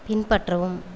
பின்பற்றவும்